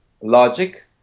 logic